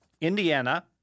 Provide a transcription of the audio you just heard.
Indiana